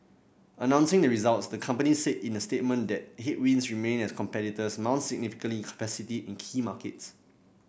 announcing the results the company said in the statement that headwinds remain as competitors mount significant capacity in key markets